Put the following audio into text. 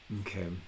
Okay